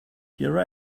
here